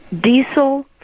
diesel